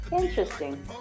Interesting